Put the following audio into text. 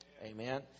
Amen